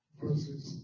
verses